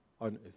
on